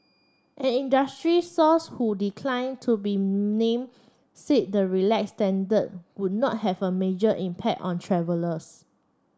an industry source who decline to be name said the relax standard would not have a major impact on travellers